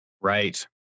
right